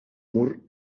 mur